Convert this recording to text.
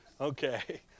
okay